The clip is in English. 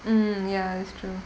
mm ya it's true